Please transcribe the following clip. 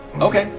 okay.